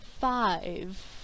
five